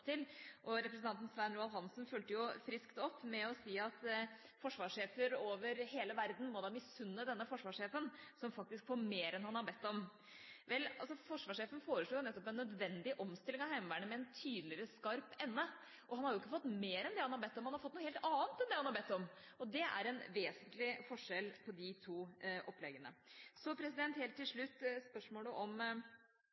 til. Og representanten Svein Roald Hansen fulgte jo friskt opp med å si at forsvarssjefer over hele verden må da misunne denne forsvarssjefen som faktisk får mer enn han har bedt om. Vel, forsvarssjefen foreslår jo nettopp en nødvendig omstilling av Heimevernet med en tydeligere skarp ende. Han har jo ikke fått mer enn hva han har bedt om, han har fått noe helt annet enn det han har bedt om, og det er en vesentlig forskjell på de to oppleggene. Helt til